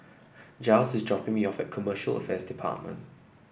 Jiles is dropping me off at Commercial Affairs Department